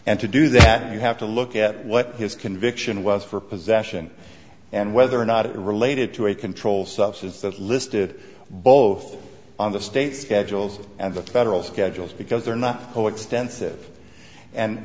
and to do that you have to look at what his conviction was for possession and whether or not it related to a controlled substance that listed both on the state schedules and the federal schedules because they are not coextensive and